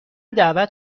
دعوت